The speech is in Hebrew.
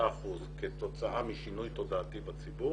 אחוזים כתוצאה משינוי תודעתי בציבור,